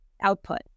output